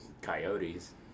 coyotes